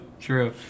True